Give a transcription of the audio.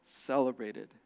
celebrated